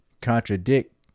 contradict